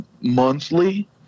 monthly